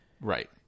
Right